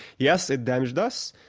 yes, it damaged us,